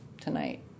tonight